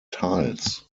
tiles